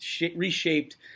reshaped